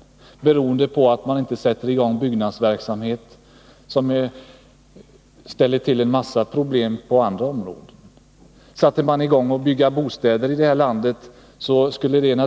Att byggnadsverksamheten inte kommer i gång orsakar en massa problem på andra områden. Om man satte i gång att bygga bostäder i det här landet skulle det gynna